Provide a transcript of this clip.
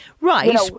Right